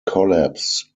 collapse